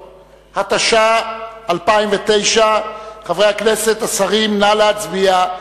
התש"ע 2009. חברי הכנסת והשרים, נא להצביע.